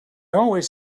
always